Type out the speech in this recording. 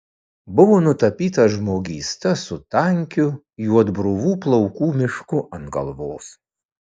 buvo nutapytas žmogysta su tankiu juodbruvų plaukų mišku ant galvos